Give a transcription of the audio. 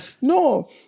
no